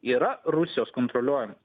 yra rusijos kontroliuojama